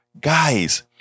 guys